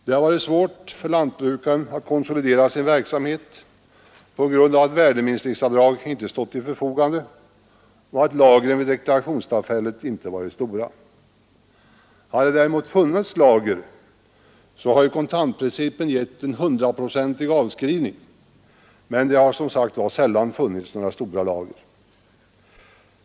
Det har varit svårt för lantbrukaren att konsolidera sin verksamhet på grund av att värdeminskningsavdrag inte stått till förfogande och att lagren vid deklarationstillfället inte varit stora. Hade det däremot funnits lager så hade ju kontantprincipen gett en 100-procentig avskrivning, men det har som sagt sällan funnits några stora lager.